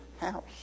house